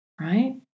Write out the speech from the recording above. right